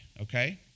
okay